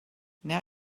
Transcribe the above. now